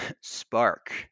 spark